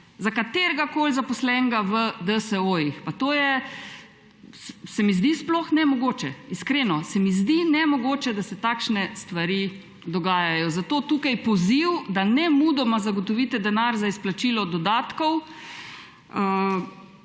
za kateregakoli zaposlenega v DSO-jih. Pa to se mi zdi sploh nemogoče! Iskreno se mi zdi nemogoče, da se takšne stvari dogajajo. Zato tukaj poziv, da nemudoma zagotovite denar za izplačilo dodatkov